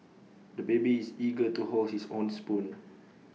the baby is eager to hold his own spoon